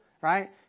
Right